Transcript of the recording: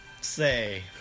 say